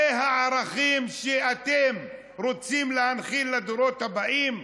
אלה הערכים שאתם רוצים להנחיל לדורות הבאים,